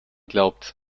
glaubt